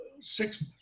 six